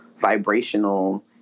vibrational